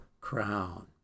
crown